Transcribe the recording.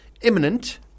imminent